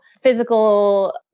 physical